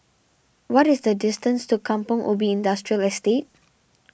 what is the distance to Kampong Ubi Industrial Estate